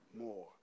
more